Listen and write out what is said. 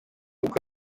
uko